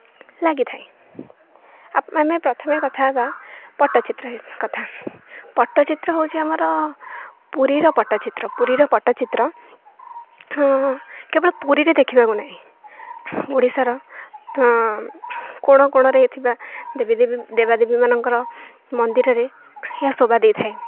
ଲାଗିଥାଏ ଆମେ ପ୍ରଥମେ କଥା ହେବା ପଟ୍ଟଚିତ୍ର କଥା ପଟ୍ଟଚିତ୍ର ହେଉଛି ଆମର ପୁରୀର ପଟ୍ଟଚିତ୍ର ପୁରୀର ପଟ୍ଟଚ୍ଚିତ୍ର କେବଳ ପୁରୀରେ ଦେଖିବାକୁ ନାହିଁ ଓଡ଼ିଶାର କୋଣ କୋଣରେ ଥିବା ଦେବୀ ଦେବୀ ଦେବାଦେବୀ ମାନଙ୍କର ମନ୍ଦିରରେ ଏହା ଶୋଭା ଦେଇଥାଏ